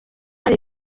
hari